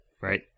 right